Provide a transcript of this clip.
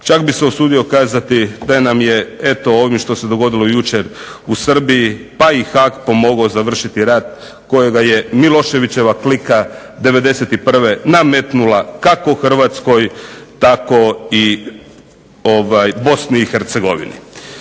Čak bih se usudio kazati da je ovim eto, što se dogodilo jučer u Srbiji pa i Haag pomogao završiti rat kojega je Miloševićeva ... 91. nametnula kako Hrvatskoj tako i Bosni i Hercegovini.